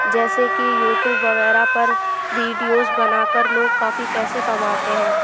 جیسےکہ YouTube وغیرہ پر ویڈیوز بنا کر لوگ کافی پیسے کماتے ہیں